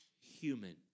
human